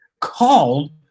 called